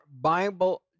Bible